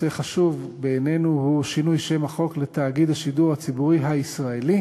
נושא חשוב בעינינו הוא שינוי שם החוק ל"תאגיד השידור הציבורי הישראלי"